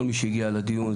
כל מי שהגיע לדיון,